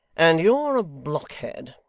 and you're a blockhead,